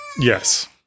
yes